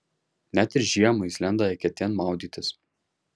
net ir žiemą jis lenda eketėn maudytis